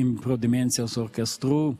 impro dimensijos orkestru